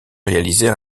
réaliser